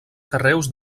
carreus